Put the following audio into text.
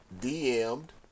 DM'd